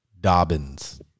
Dobbins